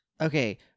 Okay